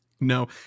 No